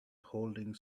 holding